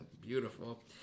Beautiful